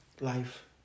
life